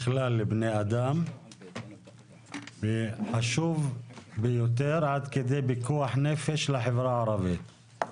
בכלל לבני אדם וחשוב ביותר עד כדי פיקוח נפש לחברה הערבית.